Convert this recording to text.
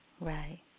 Right